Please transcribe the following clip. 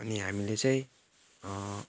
अनि हामीले चाहिँ